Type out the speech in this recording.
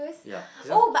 ya